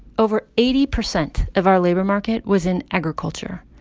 over eighty percent of our labor market was in agriculture.